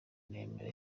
nemera